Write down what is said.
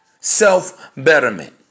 Self-betterment